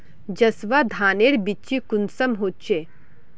जसवा धानेर बिच्ची कुंसम होचए?